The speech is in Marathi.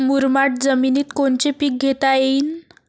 मुरमाड जमिनीत कोनचे पीकं घेता येईन?